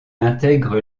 intègre